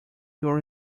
your